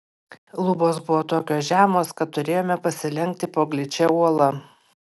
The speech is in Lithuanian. lubos buvo tokios žemos kad turėjome pasilenkti po gličia uola